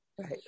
Right